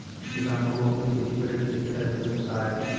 किसानों को अपनी खेती पर ऋण किस तरह मिल सकता है?